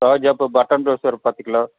ரோஜாப்பூ button rose ஒரு பத்துக் கிலோ